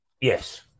Yes